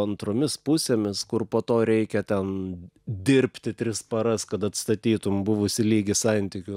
antromis pusėmis kur po to reikia ten dirbti tris paras kad atstatytum buvusį lygį santykių